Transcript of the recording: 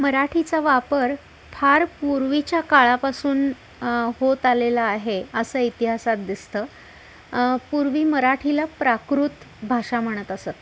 मराठीचा वापर फार पूर्वीच्या काळापासून होत आलेला आहे असं इतिहासात दिसतं पूर्वी मराठीला प्राकृत भाषा म्हणत असत